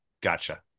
Gotcha